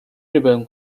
日本